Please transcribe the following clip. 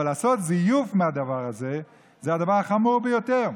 אבל לעשות זיוף מהדבר הזה, זה דבר חמור ביותר.